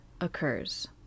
occurs